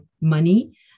money